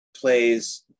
plays